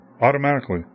automatically